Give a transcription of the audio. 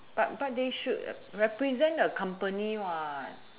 but but they should represent a company what